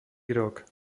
rok